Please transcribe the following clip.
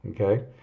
okay